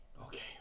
Okay